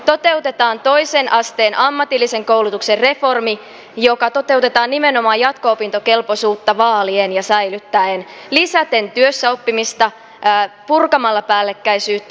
toteutetaan toisen asteen ammatillisen koulutuksen reformi joka toteutetaan nimenomaan jatko opintokelpoisuutta vaalien ja säilyttäen lisäten työssäoppimista purkamalla päällekkäisyyttä